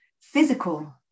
physical